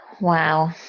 Wow